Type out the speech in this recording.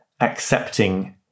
accepting